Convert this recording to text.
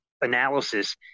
analysis